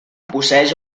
posseeix